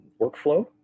workflow